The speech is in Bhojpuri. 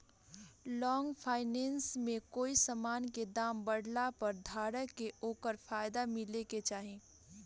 लॉन्ग फाइनेंस में कोई समान के दाम बढ़ला पर धारक के ओकर फायदा मिले के चाही